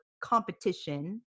competition